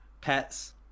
Pets